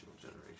generation